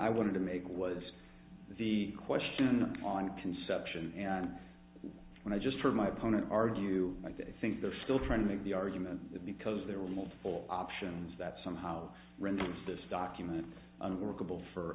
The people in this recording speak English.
i wanted to make was the question on conception when i just heard my opponent argue like that i think they're still trying to make the argument that because there were multiple options that somehow this document unworkable for